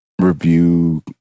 review